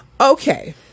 Okay